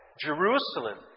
Jerusalem